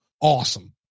Awesome